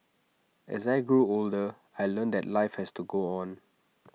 as I grew older I learnt that life has to go on